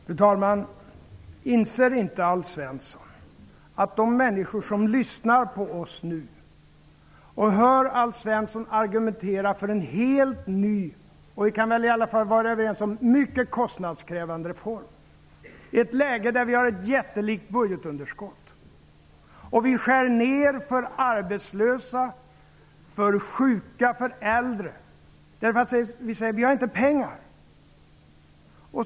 Fru talman! Inser inte Alf Svensson att människor lyssnar på oss nu, och de hör Alf Svensson argumentera för en helt ny, och vi kan väl vara överens om, mycket kostnadskrävande reform. Detta är i ett läge där vi har ett jättelikt budgetunderskott. Vi skär ned för de arbetslösa, sjuka och äldre. Vi säger att vi inte har pengar.